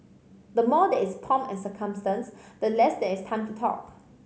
the more there is pomp and circumstance the less there is time to talk